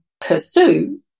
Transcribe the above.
pursue